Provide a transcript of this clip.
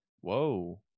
Whoa